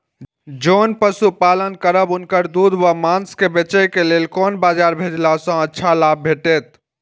जोन पशु पालन करब उनकर दूध व माँस के बेचे के लेल कोन बाजार भेजला सँ अच्छा लाभ भेटैत?